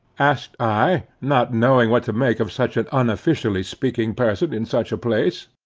asked i, not knowing what to make of such an unofficially speaking person in such a place.